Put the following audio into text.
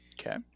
Okay